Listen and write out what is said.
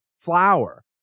flower